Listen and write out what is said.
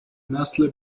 نسل